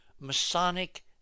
masonic